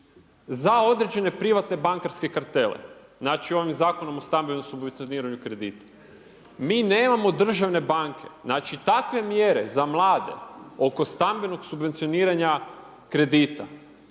za određene privatne bankarske kartele, znači ovim Zakonom o stambenom subvencioniranju kredita. Mi nemamo državne banke. Znači takve mjere za mlade, oko stambenog subvencioniranja kredita